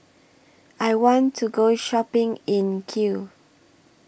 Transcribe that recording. I want to Go Shopping in Kiev